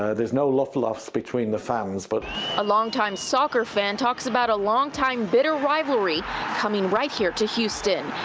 ah there's no love lost between the fans. reporter but a long-time soccer fan talks about a long-time bitter rivalry coming right here to houston.